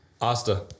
Asta